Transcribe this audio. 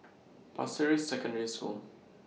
Pasir Ris Secondary School